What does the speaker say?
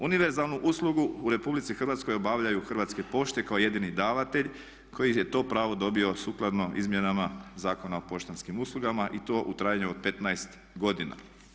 Univerzalnu uslugu u Republici Hrvatskoj obavljaju Hrvatske pošte kao jedini davatelj koji je to pravo dobio sukladno Izmjenama zakona o poštanskih uslugama i to u trajanju od 15 godina.